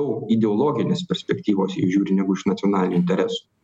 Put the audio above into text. ideologinės perspektyvos jie žiūri negu iš nacionalinių interesų